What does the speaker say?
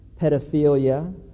pedophilia